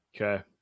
Okay